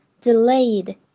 Delayed